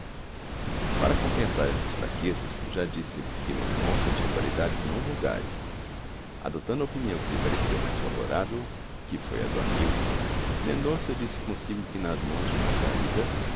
para compensar essas fraquezas já disse que mendonça tinha qualidades não vulgares adotando a opinião que lhe pareceu mais provável que foi a do amigo mendonça disse consigo que nas mãos de margarida